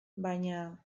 baina